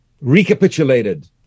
recapitulated